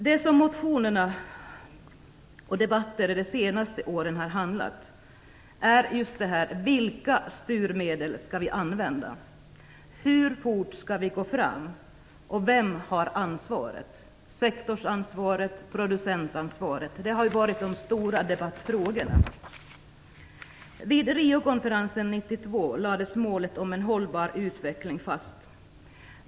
Det som motionerna och debatterna under de senaste åren har handlat om är just vilka styrmedel som vi skall använda oss av, hur fort vi skall gå fram och vem som har ansvaret, sektorsansvaret och producentansvaret. De har varit de stora debattfrågorna. Vid Rio-konferensen år 1992 lades målet om en hållbar utveckling fast.